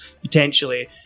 potentially